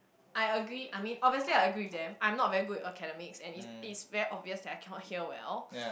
I agree I mean obviously I agree with them I'm not very good at academics and it's it's very obvious that I cannot hear well